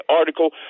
article